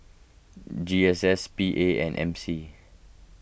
G S S P A and M C